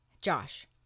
Josh